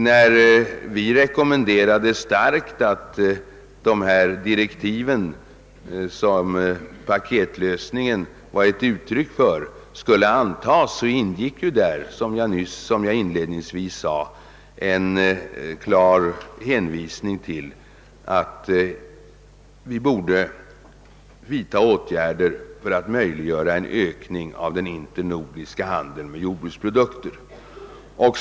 När jag vid mötet i Köpenhamn starkt rekommenderade att de direktiv skulle antas som fick den s.k. paketlösningens form ingick i detta — vilket jag inledningsvis sade — en klar hänvisning till att man borde vidta åtgärder för att möjliggöra en ökning av den internordiska handeln med jordbruksprodukter.